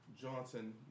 Johnson